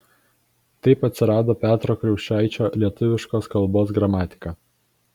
taip atsirado petro kriaušaičio lietuviškos kalbos gramatika